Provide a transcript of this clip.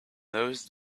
those